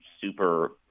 super –